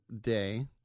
day